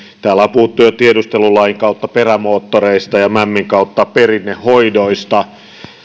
täällä on puhuttu jo tiedustelulain kautta perämoottoreista ja mämmin kautta perinnehoidoista